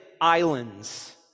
islands